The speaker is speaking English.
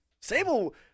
Sable